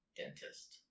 dentist